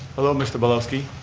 hello mr. belowski.